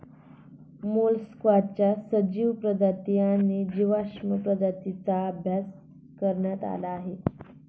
मोलस्काच्या सजीव प्रजाती आणि जीवाश्म प्रजातींचा अभ्यास करण्यात आला आहे